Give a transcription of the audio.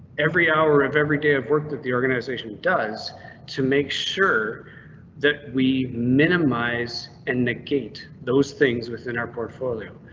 every hour of every day of work that the organization does to make sure that we minimize and negate those things within our portfolio.